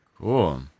Cool